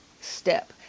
step